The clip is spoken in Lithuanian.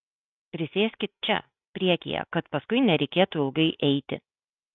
prisėskit čia priekyje kad paskui nereikėtų ilgai eiti